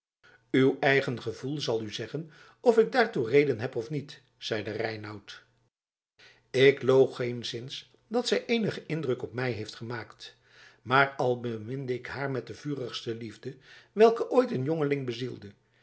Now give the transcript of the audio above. uw eigen gevoel zal u zeggen of ik daartoe reden heb of niet zeide reinout ik loochen geenszins dat zij eenigen indruk op mij heeft gemaakt maar al beminde ik haar met de vurigste liefde welke ooit een jongeling bezielde